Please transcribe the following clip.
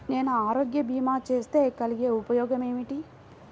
నేను ఆరోగ్య భీమా చేస్తే కలిగే ఉపయోగమేమిటీ?